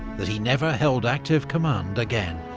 that he never held active command again.